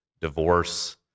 divorce